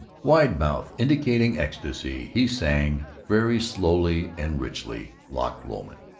wide mouth indicating ecstasy, he sang, very slowly and richly, loch lomond.